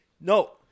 no